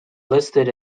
listed